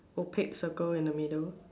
opaque circle in the middle